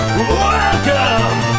Welcome